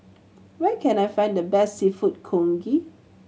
where can I find the best Seafood Congee